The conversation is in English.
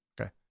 Okay